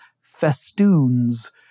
festoons